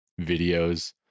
videos